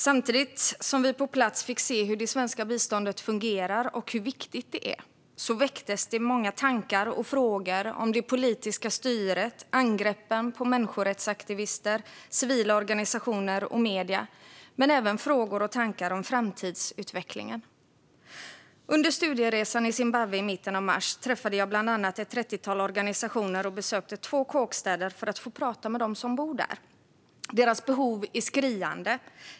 Samtidigt som vi på plats fick se hur det svenska biståndet fungerar och hur viktigt det är väcktes många tankar och frågor om det politiska styret och angreppen på människorättsaktivister, civila organisationer och medier men även frågor och tankar om framtidsutvecklingen. Under studieresan i Zimbabwe i mitten av mars träffade jag bland annat ett trettiotal organisationer och besökte två kåkstäder för att få prata med dem som bor där. Deras behov är skriande.